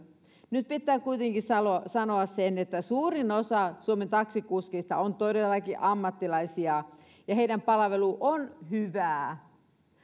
nyt pitää kuitenkin sanoa sanoa se että suurin osa suomen taksikuskeista on todellakin ammattilaisia ja heidän palvelunsa on hyvää